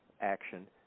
action